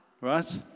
right